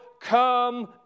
come